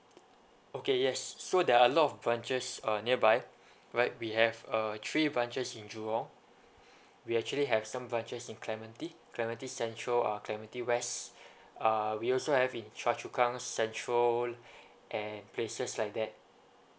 okay yes s~ so there are a lot of branches uh nearby right we have uh three branches in jurong we actually have some branches in clementi clementi central uh clementi west uh we also have in choa chu kang central and places like that